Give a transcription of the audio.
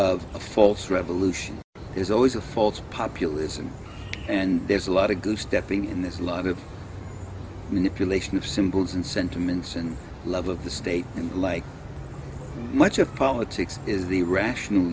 of a false revolution is always a false populism and there's a lot of goose stepping in this line of manipulation of symbols and sentiments and love of the state and like much of politics is the rational